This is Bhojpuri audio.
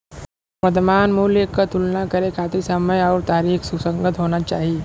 वर्तमान मूल्य क तुलना करे खातिर समय आउर तारीख सुसंगत होना चाही